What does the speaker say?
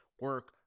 Work